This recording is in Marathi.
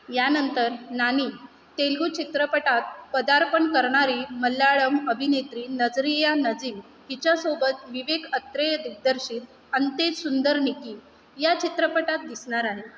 यानंतर नानी तेलगु चित्रपटात पदार्पण करणारी मल्याळम अभिनेत्री नजरीया नझीम हिच्यासोबत विवेकअत्रेय दिग्दर्शित अंतेज सुंदरनिकी या चित्रपटात दिसणार आहे